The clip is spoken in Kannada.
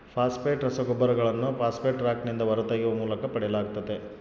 ಫಾಸ್ಫೇಟ್ ರಸಗೊಬ್ಬರಗಳನ್ನು ಫಾಸ್ಫೇಟ್ ರಾಕ್ನಿಂದ ಹೊರತೆಗೆಯುವ ಮೂಲಕ ಪಡೆಯಲಾಗ್ತತೆ